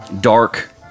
dark